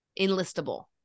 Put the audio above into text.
enlistable